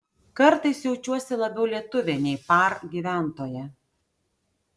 kartais jaučiuosi labiau lietuvė nei par gyventoja